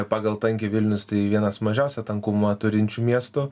pagal tankį vilnius tai vienas mažiausią tankumą turinčių miestų